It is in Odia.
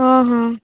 ହଁ ହଁ